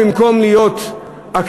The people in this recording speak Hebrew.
במקום להיות עקרת-הבית,